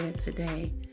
today